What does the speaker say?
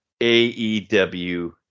AEW